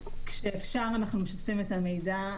כשאפשר, אנחנו משתפים את המידע.